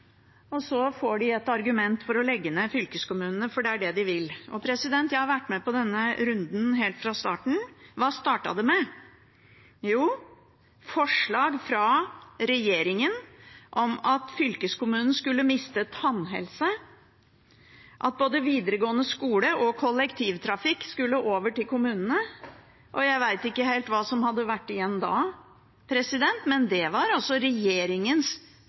og så får de et argument for å legge ned fylkeskommunene, for det er det de vil. Jeg har vært med på denne runden helt fra starten. Hva startet det med? Jo, forslag fra regjeringen om at fylkeskommunen skulle miste tannhelse, og at både videregående skole og kollektivtrafikk skulle over til kommunene. Jeg vet ikke helt hva som hadde vært igjen da, men det var altså regjeringens